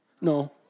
No